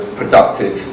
productive